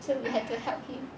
so I had to help him